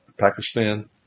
Pakistan